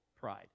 pride